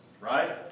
right